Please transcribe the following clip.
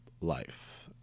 life